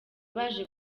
baje